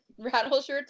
Rattleshirt's